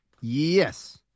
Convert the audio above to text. yes